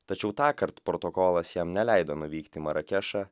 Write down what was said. tačiau tąkart protokolas jam neleido nuvykti į marakešą